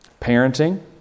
parenting